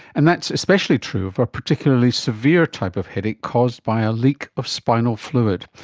and that's especially true of a particularly severe type of headache caused by a leak of spinal fluid.